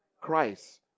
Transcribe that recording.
Christ